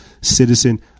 citizen